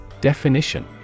Definition